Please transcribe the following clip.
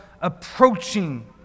approaching